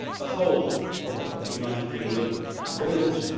the whole of of the united kingdom wales,